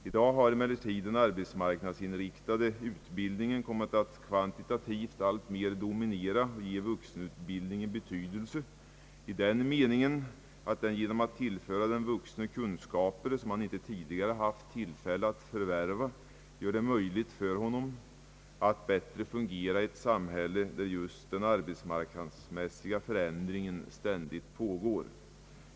I dag har emellertid den arbetsmarknadsinriktade utbildningen kommit att kvantitativt alltmer dominera i betydelse inom vuxenutbildningen därigenom att den vuxne tillförs kunskaper, som han inte tidigare haft tillfälle att förvärva, och att det därför blivit möjligt för honom att fungera i ett samhälle där arbetsmarknadsmässiga förändringar ständigt pågår.